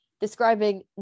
describing